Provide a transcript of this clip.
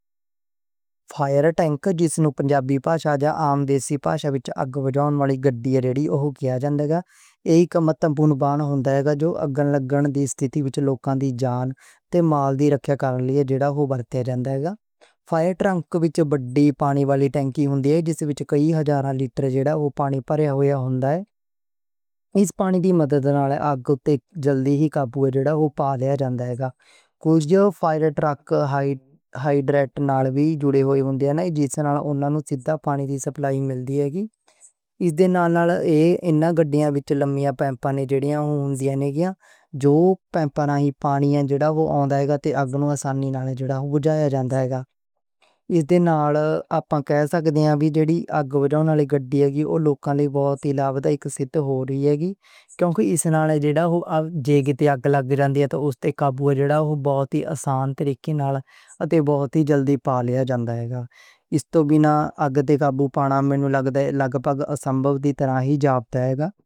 Fire truck, جس نوں پنجابی بھاشا جا عام دیسی بھاشا وچ آگ بجھاؤن والی گاڑی کہا جاندا، اوہ کیہ جاندا اے۔ اے دا مطلب اے کہ جدوں آگ لگدی ستھتی وچ لوکاں دی جان تے مال دی رکھیا کرنی ہندی اے اوہدے لئی اے ہوندا۔ فائر ٹرک وچ پانی والی ٹانکی ہوندی اے، جے دے کئی ہزار لیٹر پانی ہوندا اے، ایس پانی نال آگ جلدی قابو پائی لی جاندی اے۔ کجھ فائر ٹرک ہائیڈرینٹ نال جوڑیاں ہوندیاں نیں، جے نال سیدھا پانی دی سپلائی ملدی اے۔ اِتھے دیاں لمیاں پائپاں تے پمپاں دے ذریعے اوہنا نے آسانی نال آگ بجھائی تے آگ نوں جلدی قابو پا لیا جائے گا۔ آگ وچ جو کچھ وی ہویا سی، لوکاں نوں آفت دی ستھتی وچ معمولی ہون دی سی۔ آگ بچاؤ والی گاڑی لوکاں لئی بہت ہی فائدہ مند ہوندی اے۔ کیونکہ جڑی آگ لگدی اے اوہدے نال ہوش تے قابو پانا بہت آسانی نال ہو جاندا۔ ایس توں بینا آگ تے قابو پائے بغیر مینوں لگدا کہ لگ بھگ ناممکن جے۔